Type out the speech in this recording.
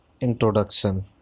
introduction